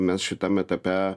mes šitam etape